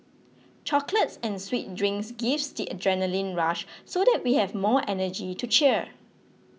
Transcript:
chocolates and sweet drinks gives the adrenaline rush so that we have more energy to cheer